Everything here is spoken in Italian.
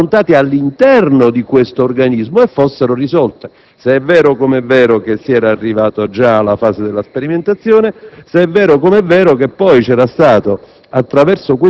fossero affrontate all'interno di questo organismo e fossero risolte, se è vero com'è vero che si era arrivati già alla fase della sperimentazione; se è vero com'è vero che poi si era